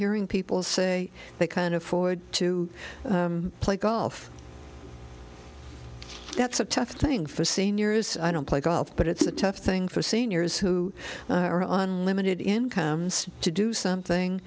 hearing people say they kind of forward to play golf that's a tough thing for seniors i don't play golf but it's a tough thing for seniors who are on limited incomes to do something